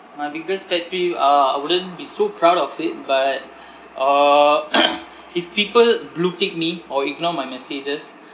my biggest pet peeve uh I wouldn't be so proud of it but uh if people blue tick me or ignore my messages